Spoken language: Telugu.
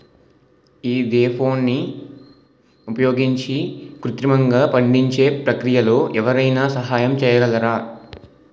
ఈథెఫోన్ని ఉపయోగించి కృత్రిమంగా పండించే ప్రక్రియలో ఎవరైనా సహాయం చేయగలరా?